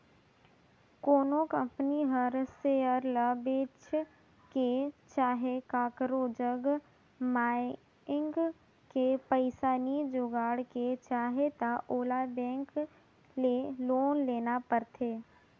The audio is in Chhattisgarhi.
कोनो कंपनी हर सेयर ल बेंच के चहे काकरो जग मांएग के पइसा नी जुगाड़ के चाहे त ओला बेंक ले लोन लेना परथें